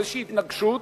לאיזושהי התנגשות?